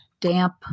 damp